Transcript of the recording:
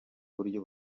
buryo